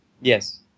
Yes